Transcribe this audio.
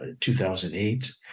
2008